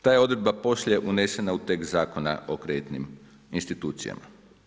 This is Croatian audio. Ta je odredba poslije unesena u tekst Zakona o kreditnim institucijama.